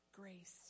grace